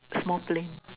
small plane